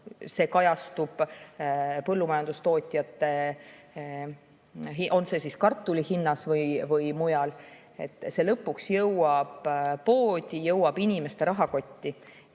see kajastub põllumajandustoodete, näiteks kartuli hinnas ja mujalgi – see lõpuks jõuab poodi, jõuab inimeste rahakotti.